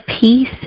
peace